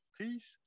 Peace